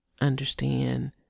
understand